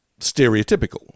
stereotypical